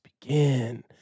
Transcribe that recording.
Begin